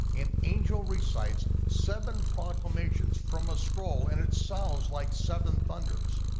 an angel recites seven proclamations from a scroll and it sounds like seven thunders.